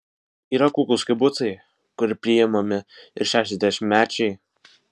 yra kuklūs kibucai kur priimami ir šešiasdešimtmečiai